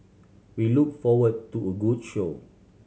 we look forward to a good show